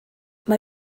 mae